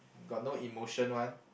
got no emotion one